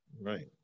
Right